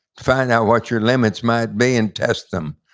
find out what your limits might be and test them,